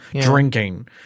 drinking